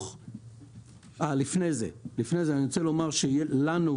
אני רוצה לומר שלנו,